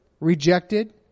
rejected